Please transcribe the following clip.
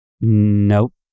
Nope